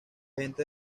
gente